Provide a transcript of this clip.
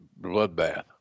bloodbath